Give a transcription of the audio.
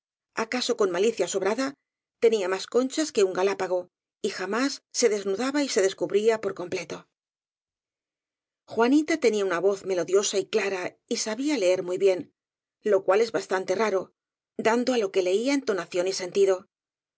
acaso con malicia sobrada tenía más conchas que un galápago y jamás se desnudaba y se descubría por completo juanita tenía una voz melodiosa y clara y sabía leer muy bien lo cual es bastante raro dando álo que leía entonación y sentido